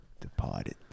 Departed